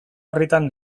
orritan